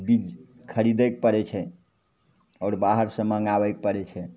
बीज खरिदैके पड़ै छै आओर बाहरसे मङ्गाबैके पड़ै छै